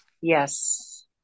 Yes